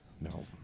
No